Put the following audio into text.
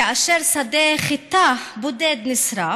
כאשר שדה חיטה בודד נשרף,